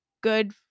good